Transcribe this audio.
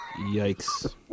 Yikes